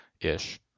ish